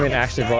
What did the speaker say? and actually